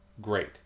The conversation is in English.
great